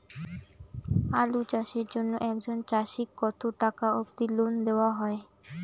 আলু চাষের জন্য একজন চাষীক কতো টাকা অব্দি লোন দেওয়া হয়?